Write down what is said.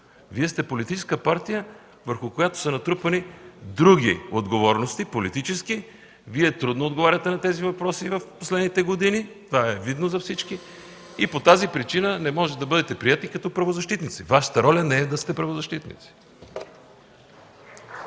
Вие сте политическа партия, върху която са натрупвани други отговорности – политически. Вие трудно отговаряте на тези въпроси в последните години. Това е видно за всички. И по тази причина не можете да бъдете приети като правозащитници. Вашата роля не е да сте правозащитници.